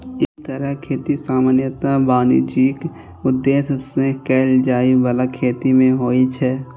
एहि तरहक खेती सामान्यतः वाणिज्यिक उद्देश्य सं कैल जाइ बला खेती मे होइ छै